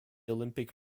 olympic